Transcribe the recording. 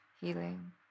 healing